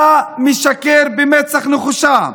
אתה משקר במצח נחושה.